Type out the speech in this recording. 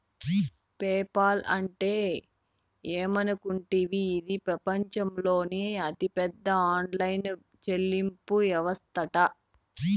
PayPal అంటే ఏమనుకుంటివి, ఇది పెపంచంలోనే అతిపెద్ద ఆన్లైన్ చెల్లింపు యవస్తట